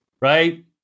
Right